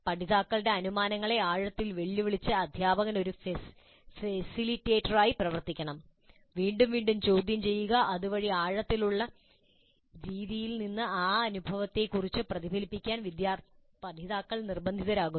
പഠിതാക്കളുടെ അനുമാനങ്ങളെ ആഴത്തിൽ വെല്ലുവിളിച്ച് അധ്യാപകർ ഒരു ഫെസിലിറ്റേറ്ററായി പ്രവർത്തിക്കണം വീണ്ടും വീണ്ടും ചോദ്യം ചെയ്യുക അതുവഴി ആഴത്തിലുള്ള രീതിയിൽ ആ അനുഭവത്തെക്കുറിച്ച് പ്രതിഫലിപ്പിക്കാൻ പഠിതാക്കൾ നിർബന്ധിതരാകുന്നു